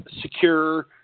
secure